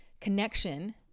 connection